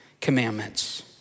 commandments